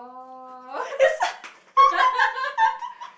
it's so